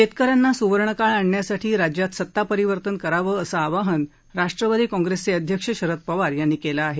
शेतकऱ्यांना सुवर्णकाळ आणण्यासाठी राज्यात सत्तापरिवर्तन करावं असं आवाहन राष्ट्रवादी काँप्रेसचे अध्यक्ष शरद पवार यांनी केलं आहे